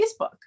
Facebook